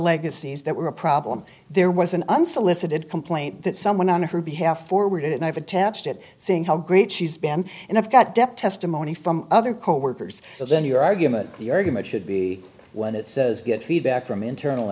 legacies that were a problem there was an unsolicited complaint that someone on her behalf forwarded and i've attached it saying how great she spam and i've got depth testimony from other coworkers so then your argument the argument should be when it says get feedback from internal